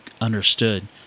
understood